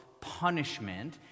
punishment